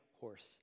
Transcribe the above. horse